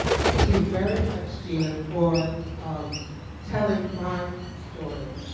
thank you very much, gina, for um telling my story.